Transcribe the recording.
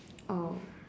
oh